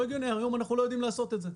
היום אנחנו לא יודעים לעשות את זה.